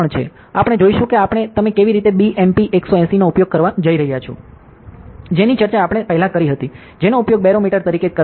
આપણે જોઈશું કે આપણે તમે કેવી રીતે BMP 180 નો ઉપયોગ કરવા જઈ રહ્યા છીએ જેની ચર્ચા આપણે પહેલા કરી હતી જેનો ઉપયોગ બેરોમીટર તરીકે કરવા માટે કરીશું